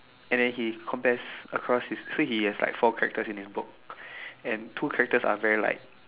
and then he compares across his so he has like four characters in his book and two characters are very like